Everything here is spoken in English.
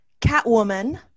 Catwoman